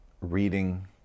reading